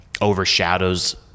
overshadows